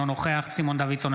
אינו נוכח סימון דוידסון,